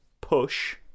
push